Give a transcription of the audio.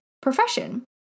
profession